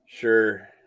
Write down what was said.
Sure